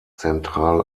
zentral